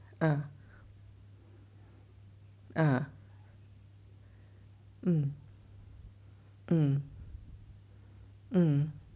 ah ah mm mm mm